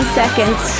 seconds